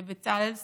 לבצלאל סמוטריץ',